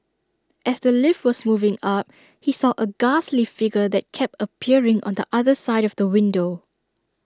as the lift was moving up he saw A ghastly figure that kept appearing on the other side of the window